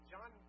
John